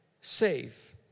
safe